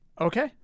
Okay